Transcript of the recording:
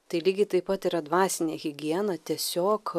tai lygiai taip pat yra dvasinė higiena tiesiog